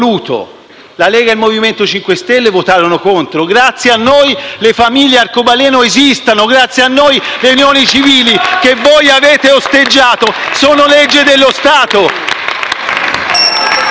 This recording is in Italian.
la Lega e il Movimento 5 Stelle votarono contro: grazie a noi le famiglie arcobaleno esistono! Grazie a noi le unioni civili, che voi avete osteggiato, sono legge dello Stato!